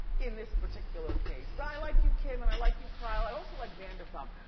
in this particular case. but i like you, kim, and i like you, kyle, i also like vanderpump,